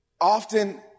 often